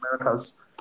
Americas